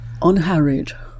unharried